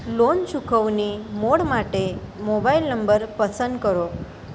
loan ચુકવણી mode માટે mobile number પસંદ કરો